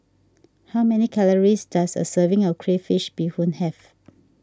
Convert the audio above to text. how many calories does a serving of Crayfish BeeHoon have